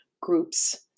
groups